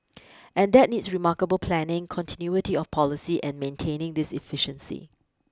and that needs remarkable planning continuity of policy and maintaining this efficiency